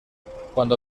cuando